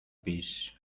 pis